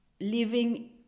living